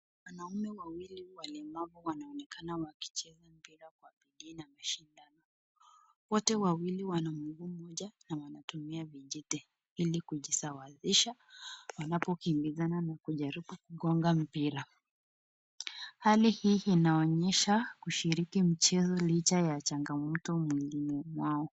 Wanaume wawili walemavu wanaonekana wakicheza mpira kwa bidii na mashindano, wote wawili wana mguu mmoja na wanatumia vijiti ili kujisawazisha wanapo kimbizana na kujaribu kugonga mpira, hali hii inaonyesha kushiriki michezo licha ya changamoto zingine mwao.